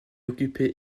occupé